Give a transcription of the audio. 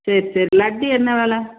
சரி சரி லட்டு என்ன வில